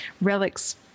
relics